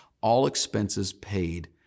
all-expenses-paid